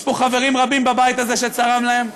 יש פה חברים רבים בבית הזה שצרם להם.